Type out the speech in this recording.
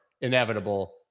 inevitable